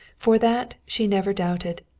for that she never doubted.